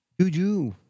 Juju